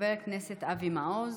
חבר הכנסת אבי מעוז,